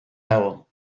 dago